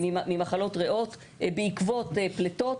ממחלות ריאות בעקבות פליטות,